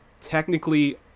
technically